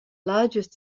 largest